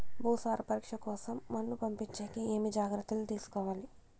భూసార పరీక్ష కోసం మన్ను పంపించేకి ఏమి జాగ్రత్తలు తీసుకోవాలి?